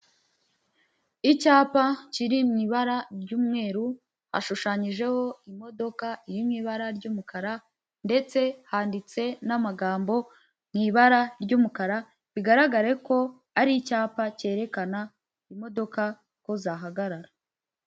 Icyapa kiri mu ibara ry'umweru hashushanyijeho imodoka iri mu ibara ry'umukara ndetse handitse n'amagambo mu ibara ry'umukara bigaragare ko ari icyapa cyerekana imodoka ko zahagarara.